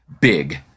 big